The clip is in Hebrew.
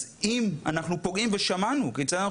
אז אם אנחנו פוגעים ושמענו כיצד אנחנו